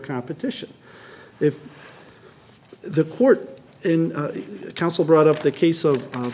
competition if the court in the council brought up the case of